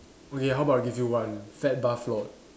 okay how about I give you one fat bathrobe